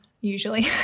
usually